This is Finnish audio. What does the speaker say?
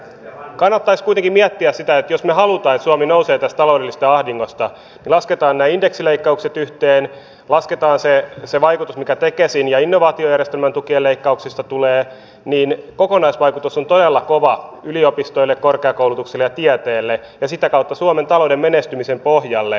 kannattaisi kuitenkin miettiä sitä jos me haluamme että suomi nousee tästä taloudellisesta ahdingosta että kun lasketaan nämä indeksileikkaukset yhteen lasketaan se vaikutus mikä tekesin ja innovaatiojärjestelmän tukien leikkauksista tulee niin kokonaisvaikutus on todella kova yliopistoihin korkeakoulutukseen ja tieteeseen ja sitä kautta suomen talouden menestymisen pohjaan